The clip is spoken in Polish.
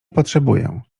potrzebuję